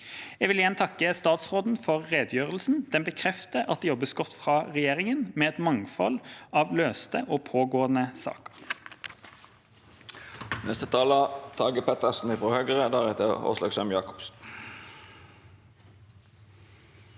Jeg vil igjen takke statsråden for redegjørelsen. Den bekrefter at det jobbes godt fra regjeringen med et mangfold av løste og pågående saker.